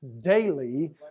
daily